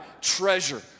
treasure